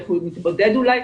איך הוא מתבודד אולי,